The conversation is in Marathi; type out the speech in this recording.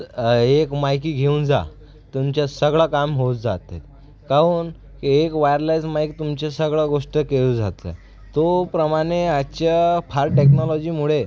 एक माइक घेऊन जा तुमच्या सगळं काम होत जाते काऊन एक वायरलेस माईक तुमचं सर्व गोष्ट केली जाते तो प्रमाणे आजच्या फास्ट टेक्नॉलॉजीमुळे